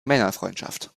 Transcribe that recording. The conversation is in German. männerfreundschaft